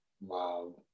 Wow